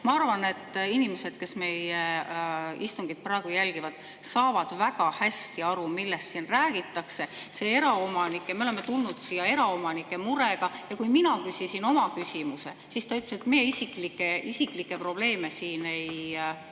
Ma arvan, et inimesed, kes meie istungit praegu jälgivad, saavad väga hästi aru, millest siin räägitakse. Me oleme tulnud siia eraomanike murega. Ja kui mina küsisin oma küsimuse, siis ta ütles, et isiklikke probleeme me siin ei